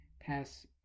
pass